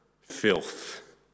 filth